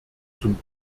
zum